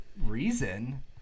reason